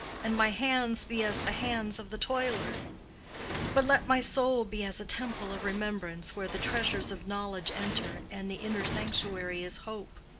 and my hands be as the hands of the toiler but let my soul be as a temple of remembrance where the treasures of knowledge enter and the inner sanctuary is hope.